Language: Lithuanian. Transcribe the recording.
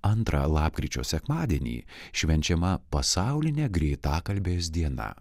antrą lapkričio sekmadienį švenčiama pasaulinė greitakalbės diena